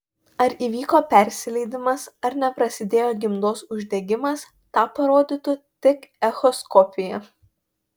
ar įvyko persileidimas ar neprasidėjo gimdos uždegimas tą parodytų tik echoskopija